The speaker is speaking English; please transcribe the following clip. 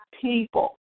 people